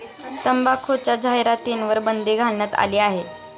तंबाखूच्या जाहिरातींवर बंदी घालण्यात आली आहे